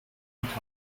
wieder